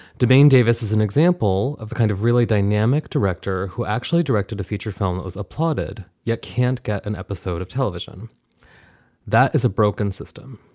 demesne davis is an example of the kind of really dynamic director who actually directed a feature film that was applauded. you yeah can't get an episode of television that is a broken system.